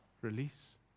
release